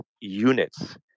units